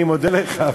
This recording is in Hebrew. אני מודה לך,